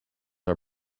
are